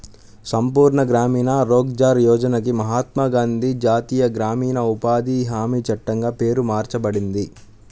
సంపూర్ణ గ్రామీణ రోజ్గార్ యోజనకి మహాత్మా గాంధీ జాతీయ గ్రామీణ ఉపాధి హామీ చట్టంగా పేరు మార్చబడింది